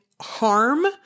harm